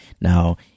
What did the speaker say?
Now